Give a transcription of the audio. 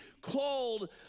called